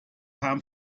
ham